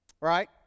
Right